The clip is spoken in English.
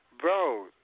Bro